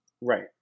Right